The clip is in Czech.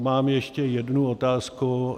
Mám ještě jednu otázku.